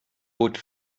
bot